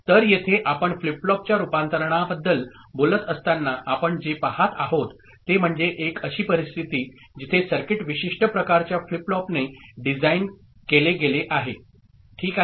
तर येथे आपण फ्लिप फ्लॉपच्या रूपांतरणाबद्दल बोलत असताना आपण जे पहात आहोत ते म्हणजे एक अशी परिस्थिती जिथे सर्किट विशिष्ट प्रकारच्या फ्लिप फ्लॉप ने डिझाइन केले गेले आहे ओके